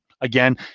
again